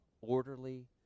orderly